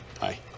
hi